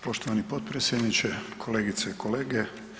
Poštovani potpredsjedniče, kolegice i kolege.